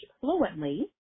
fluently